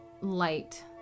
light